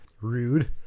Rude